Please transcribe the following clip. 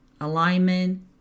alignment